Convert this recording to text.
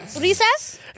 Recess